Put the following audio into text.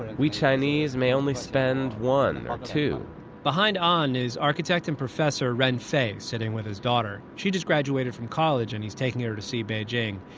we chinese may only spend one or two behind an is architect and professor ren fei, sitting with his daughter. she just graduated from college and he's taking her to see beijing.